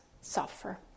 suffer